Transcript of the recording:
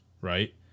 right